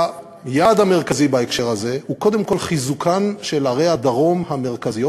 היעד המרכזי בהקשר הזה הוא קודם כול חיזוקן של ערי הדרום המרכזיות,